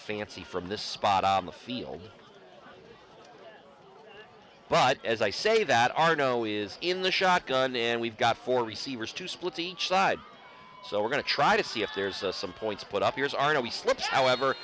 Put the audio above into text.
fancy from this spot on the field but as i say that our no is in the shotgun then we've got four receivers to split each side so we're going to try to see if there's some points put up yours are no he slips however